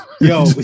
Yo